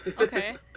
Okay